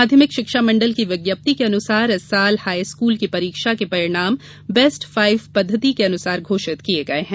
माध्यमिक शिक्षा मंडल की विज्ञप्ति के अनुसार इस वर्ष हाई स्कूल की परीक्षा के परिणाम बेस्ट फाइव पद्धति के अनुसार घोषित किये गये हैं